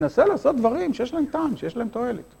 נסה לעשות דברים שיש להם טעם, שיש להם תועלת.